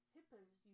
Hippos